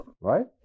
right